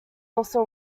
also